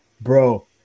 Bro